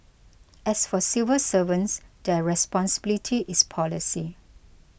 as for civil servants their responsibility is policy